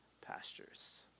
pastures